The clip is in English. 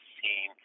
seen